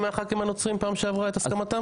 מחה"כים הנוצרים בפעם שעברה את הסכמתם?